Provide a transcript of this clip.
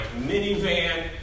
minivan